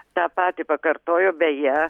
tą patį pakartojo beje